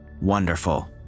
Wonderful